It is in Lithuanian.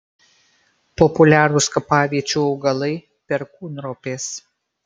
populiarūs kapaviečių augalai perkūnropės